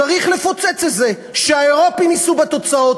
צריך לפוצץ את זה, שהאירופים יישאו בתוצאות.